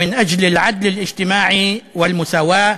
ואמשיך לפעול למען צדק חברתי ושוויון.